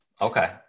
Okay